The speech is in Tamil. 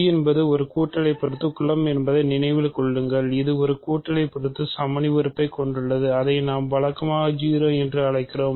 G என்பது ஒரு கூட்டலை பொறுத்து குலம் என்பதை நினைவில் கொள்ளுங்கள் இது ஒரு கூட்டலை பொறுத்து சமணி உறுப்பை கொண்டுள்ளது அதை நாம் வழக்கமாக 0 என்று அழைக்கிறோம்